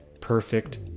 perfect